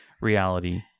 Reality